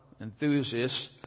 enthusiast